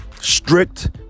strict